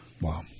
Wow